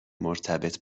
مرتبط